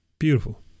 Beautiful